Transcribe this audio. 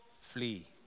flee